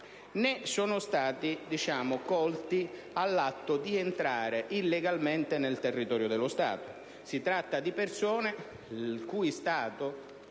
né sono stati colti nell'atto di entrare illegalmente nel territorio dello Stato. Si tratta di persone il cui stato